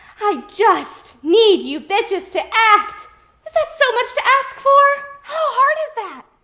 i just need you bitches to act. is that so much to ask for? how hard is that?